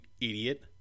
idiot